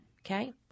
Okay